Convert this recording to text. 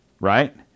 right